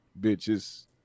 bitches